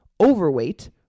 overweight